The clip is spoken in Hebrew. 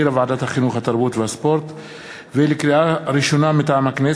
אין מתנגדים ואין נמנעים.